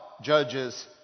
judges